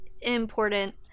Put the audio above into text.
important